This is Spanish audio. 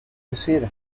decir